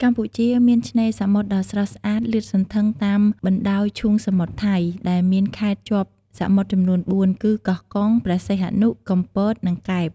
កម្ពុជាមានឆ្នេរសមុទ្រដ៏ស្រស់ស្អាតលាតសន្ធឹងតាមបណ្ដោយឈូងសមុទ្រថៃ ដែលមានខេត្តជាប់សមុទ្រចំនួនបួនគឺ កោះកុង ព្រះសីហនុ កំពត និងកែប។